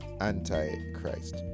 anti-Christ